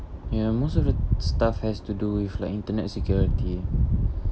ya most of the stuff has to do with like internet security